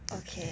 okay